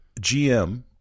GM